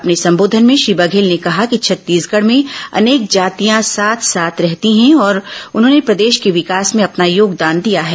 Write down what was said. अपने संबोधन में श्री बघेल ने कहा कि छत्तीसगढ़ में अनेक जातियां साथ साथ रहती हैं और उन्होंने प्रदेश के विकास में अपना योगदान दिया है